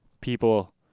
people